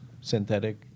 synthetic